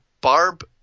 Barb